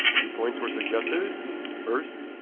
two points were suggested first,